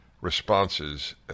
responses